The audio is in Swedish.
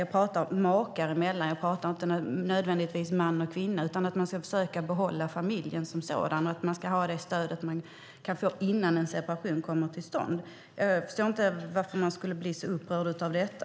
Jag talar om makar , inte nödvändigtvis om man och kvinna. Det gäller att försöka behålla familjen som sådan, och man ska ha det stöd som man kan få innan en separation kommer till stånd. Jag förstår inte varför man ska bli så upprörd av detta.